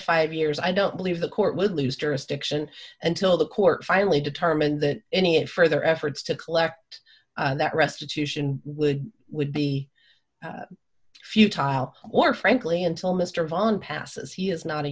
five years i don't believe the court would lose jurisdiction until the court finally determined that any of further efforts to collect that restitution would would be futile or frankly until mr van passes he is not a